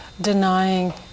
denying